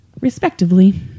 respectively